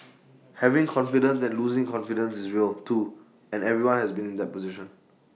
having confidence and losing confidence is real too and everyone has been in that position